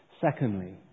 Secondly